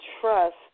trust